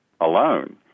alone